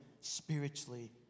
spiritually